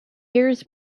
years